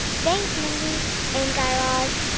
thanks, mindy and guy raz.